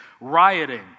rioting